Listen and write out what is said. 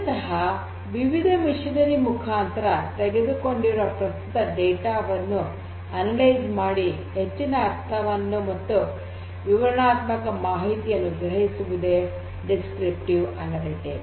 ಮೂಲತಃ ವಿವಿಧ ಯಂತ್ರೋಪಕರಣಗಳ ಮುಖಾಂತರ ತೆಗೆದುಕೊಂಡಿರುವ ಪ್ರಸ್ತುತ ಡೇಟಾ ವನ್ನು ಅನಲೈಜ್ ಮಾಡಿ ಹೆಚ್ಚಿನ ಅರ್ಥವನ್ನು ಮತ್ತು ವಿವರಣಾತ್ಮಕ ಮಾಹಿತಿಯನ್ನು ಗ್ರಹಿಸುವುದೇ ವಿವರಣಾತ್ಮಕ ಅನಲಿಟಿಕ್ಸ್